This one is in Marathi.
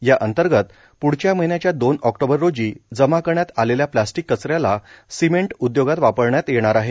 या अंतर्गत प्रढच्या महिन्याच्या दोन ऑक्टोबर रोजी जमा करण्यात आलेल्या प्लास्टिक कचऱ्याला सिमेंट उद्योगात वापरण्यात येणार आहे